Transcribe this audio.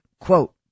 quote